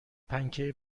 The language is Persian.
پنکه